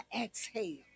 exhale